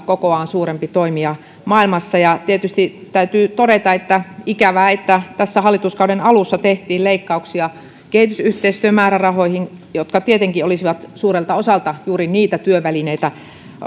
kokoaan suurempi toimija maailmassa tietysti täytyy todeta että on ikävää että tässä hallituskauden alussa tehtiin leikkauksia kehitysyhteistyömäärärahoihin jotka tietenkin olisivat suurelta osalta olleet edistämässä juuri niitä työvälineitä